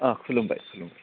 अह खुलुमबाय खुलुमबाय